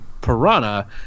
piranha